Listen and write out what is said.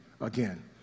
again